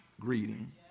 greeting